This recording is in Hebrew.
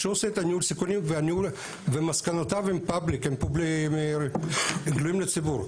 שהוא עושה את ניהול הסיכונים ומסקנותיו גלויות לציבור.